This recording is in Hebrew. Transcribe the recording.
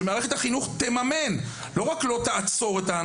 שמערכת החינוך הישראלית לא רק שלא תעצור את זה,